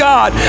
God